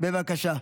בבקשה.